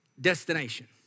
destination